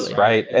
right?